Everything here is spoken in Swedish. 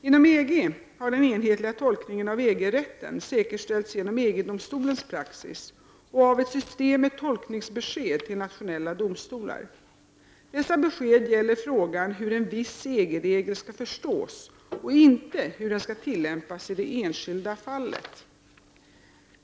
Inom EG har den enhetliga tolkningen av EG-rätten säkerställts genom EG-domstolens praxis och av ett system med tolkningsbesked till nationella domstolar. Dessa besked gäller frågan hur en viss EG-regel skall förstås och inte hur den skall tillämpas i det enskilda fallet.